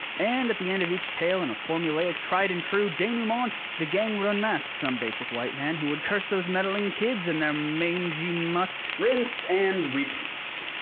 and at the end of each tale and a formulaic tried and true denouement, the gang run masks on basic white man who would curse those meddling kids in their mangy mutt. rinse and repeat,